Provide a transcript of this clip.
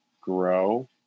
grow